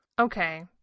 Okay